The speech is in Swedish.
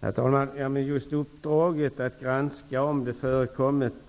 Herr talman! För att klara uppdraget att granska om affärer har förekommit